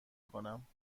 کنم